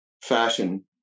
fashion